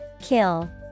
Kill